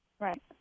right